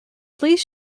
please